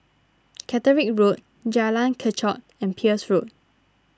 Catterick Road Jalan Kechot and Peirce Road